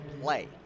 Play